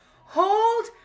Hold